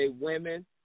Women